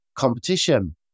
competition